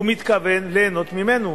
הוא מתכוון ליהנות ממנו,